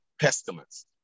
pestilence